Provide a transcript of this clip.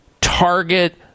Target